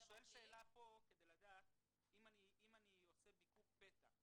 אני שואל כדי לדעת: אם אני עושה ביקור פתע,